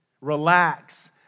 Relax